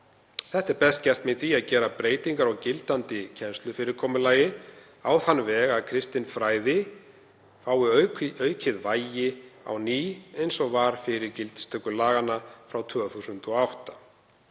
Þetta er best gert með því að gera breytingar á gildandi kennslufyrirkomulagi á þann veg að kristinfræði fái aukið vægi á ný, eins og var fyrir gildistöku laga nr. 91/2008.